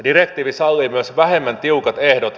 direktiivi sallii myös vähemmän tiukat ehdot